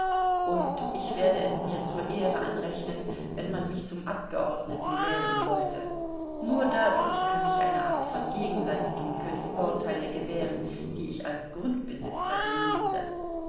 und ich werde es mir zur ehre anrechnen wenn man mich zum abgeordneten wählen sollte nur dadurch kann ich eine art von gegenleistung für die vorteile gewähren die ich als grundbesitzer genieße